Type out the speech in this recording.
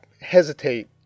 hesitate